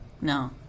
No